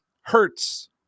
hurts